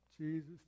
Jesus